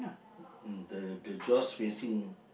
mm the the jaws facing